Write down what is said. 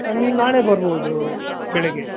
ನೀವು ನಾಳೆ ಬರ್ಬೋದು ಬೆಳಿಗ್ಗೆ